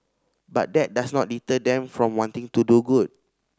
but that does not deter them from wanting to do good